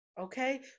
okay